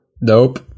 Nope